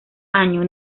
año